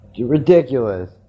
Ridiculous